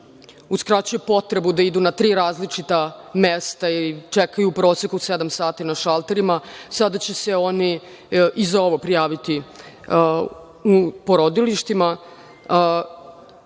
uskraćuje potrebu da idu na tri različita mesta i da čekaju u proseku sedam sati na šalterima. Sada će se oni i za ovo prijaviti u porodilištima